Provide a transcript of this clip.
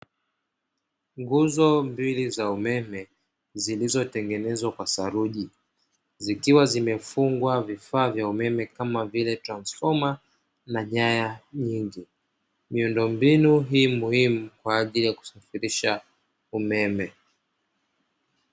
Nguzo mbili za umeme zilizotengenezwa kwa saruji zikiwa zimefungwa vifaa vya umeme kama vile transfoma na nyaya nyingi, miundombinu hii muhimu kwa ajili ya kusafirisha umeme.